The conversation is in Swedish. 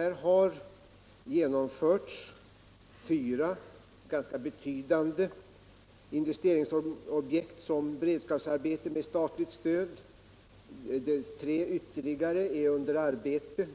Här har genomförts fyra ganska betydande investeringsobjekt som beredskapsarbete med statligt stöd. Tre ytterligare är under arbete: